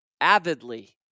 avidly